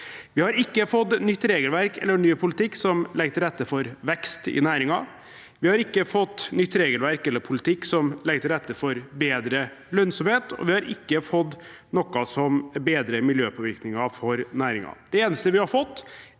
Vi har ikke fått nytt regelverk eller ny politikk som legger til rette for vekst i næringen. Vi har ikke fått nytt regelverk eller politikk som legger til rette for bedre lønnsomhet, og vi har ikke fått noe som bedrer miljøpåvirkningen for næringen. Det eneste vi har fått,